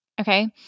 Okay